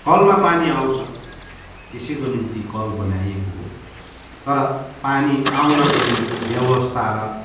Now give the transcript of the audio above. कलमा पानी आउँछ त्यसैको निम्ति कल बनाइएको हो तर पानी आउनको निम्ति व्यवस्था र